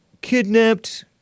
kidnapped